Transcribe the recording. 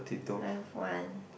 I've one